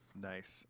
Nice